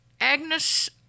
Agnes